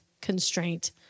constraint